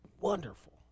wonderful